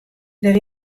der